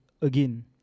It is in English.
again